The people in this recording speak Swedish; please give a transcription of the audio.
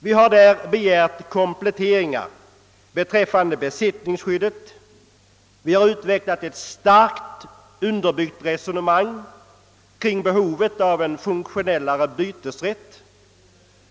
Vi har där begärt en komplettering beträffande besittningsskyddet, vi har utvecklat ett starkt underbyggt resonemang kring behovet av en mera funktionell bytesrätt.